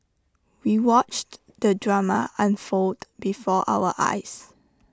we watched the drama unfold before our eyes